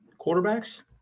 quarterbacks